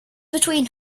between